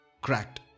cracked